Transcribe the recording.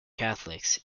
catholics